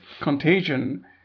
contagion